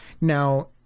Now